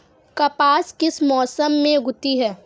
कपास किस मौसम में उगती है?